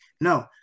No